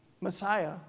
Messiah